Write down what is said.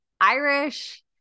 Irish